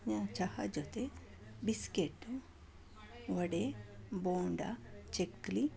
ಚಹಾ ಜೊತೆ ಬಿಸ್ಕೇಟು ವಡೆ ಬೋಂಡಾ ಚಕ್ಕುಲಿ